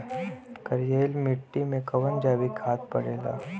करइल मिट्टी में कवन जैविक खाद पड़ेला?